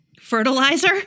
Fertilizer